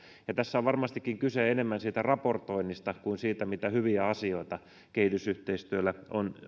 tässä on varmastikin kyse enemmän siitä raportoinnista kuin siitä mitä hyviä asioita kehitysyhteistyöllä on